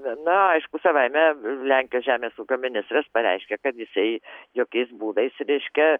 na aišku savaime lenkijos žemės ūkio ministras pareiškė kad jisai jokiais būdais reiškia